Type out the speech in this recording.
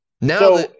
Now